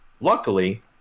luckily